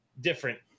different